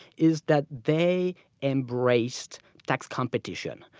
is that they embraced tax competition.